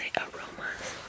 aromas